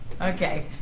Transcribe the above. Okay